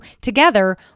together